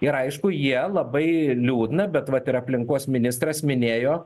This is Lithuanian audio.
ir aišku jie labai liūdna bet vat ir aplinkos ministras minėjo